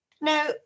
Now